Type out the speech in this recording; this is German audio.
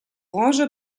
orange